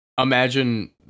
imagine